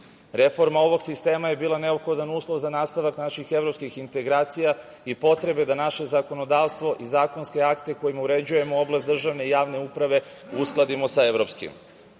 ovog sistema je bila neophodan uslov za nastavak naših evropskih integracija i potrebe da naše zakonodavstvo i zakonske akte kojima uređujemo oblast državne i javne uprave uskladimo sa evropskim. Zato